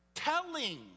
Telling